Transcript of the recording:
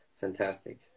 fantastic